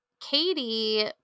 katie